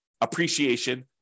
appreciation